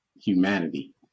humanity